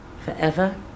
forever